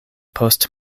post